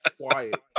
quiet